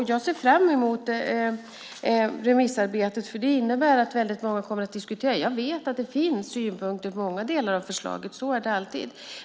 Jag ser fram emot remissarbetet, för det innebär att väldigt många kommer att diskutera. Jag vet att det finns synpunkter på många delar av förslaget. Så är det alltid.